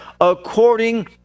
According